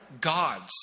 God's